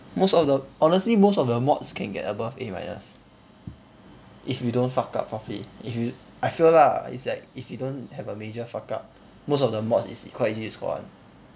most of the honestly most of the mods can get above A minus if you don't fuck up properly if you I feel lah it's like if you don't have a major fuck up most of the mods is quite easy to score [one]